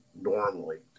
normally